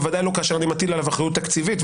בוודאי לא כאשר אני מטיל עליו אחריות תקציבית,